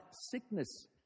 sickness